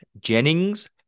Jennings